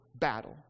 Battle